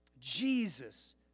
Jesus